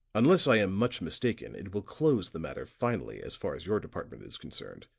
unless i am much mistaken it will close the matter finally as far as your department is concerned,